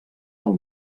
del